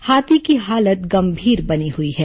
हाथी की हालत गंभीर बनी हुई है